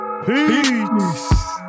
Peace